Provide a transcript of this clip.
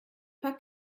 pas